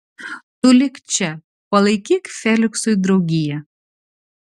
tu lik čia palaikyk feliksui draugiją